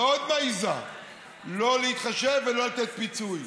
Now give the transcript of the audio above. ועוד מעיזה שלא להתחשב ולא לתת פיצוי.